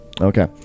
Okay